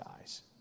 eyes